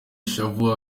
ishavu